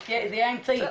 זה יהיה האמצעי,